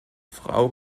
frau